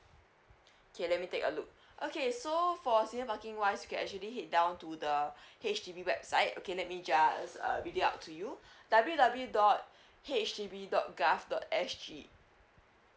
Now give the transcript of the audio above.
okay let me take a look okay so for season parking wise you can actually head down to the H_D_B website okay let me just uh read it out to you W W W dot H D B dot G O V dot S G